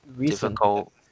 difficult